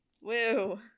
Woo